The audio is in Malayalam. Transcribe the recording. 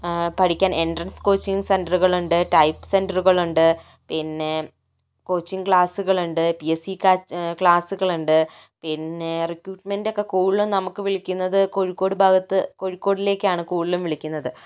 പഠിക്കാൻ എൻട്രൻസ് കോച്ചിംഗ് സെൻററുകൾ ഉണ്ട് ടൈപ്പ് സെന്ററുകൾ ഉണ്ട് പിന്നെ കോച്ചിംഗ് ക്ലാസുകൾ ഉണ്ട് പി എസ് സി ക്ലാസുകൾ ഉണ്ട് പിന്നെ റിക്രൂട്ട്മെൻറ് ഒക്കെ കൂടുതലും നമുക്ക് വിളിക്കുന്നത് കോഴിക്കോട് ഭാഗത്ത് കോഴിക്കോടിലേക്കാണ് കൂടുതലും വിളിക്കുന്നത്